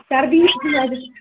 سردی